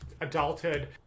adulthood